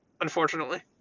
Unfortunately